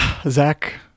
Zach